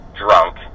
drunk